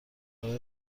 راه